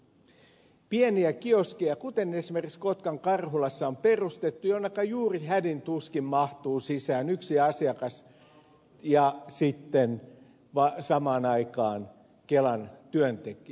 on pieniä kioskeja kuten esimerkiksi kotkan karhulassa on perustettu jonneka juuri hädin tuskin mahtuu sisään yksi asiakas ja sitten samaan aikaan kelan työntekijä